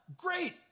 great